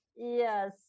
Yes